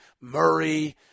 Murray